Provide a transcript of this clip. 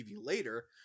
later